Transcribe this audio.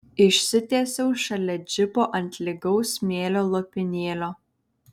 išsitiesiau šalia džipo ant lygaus smėlio lopinėlio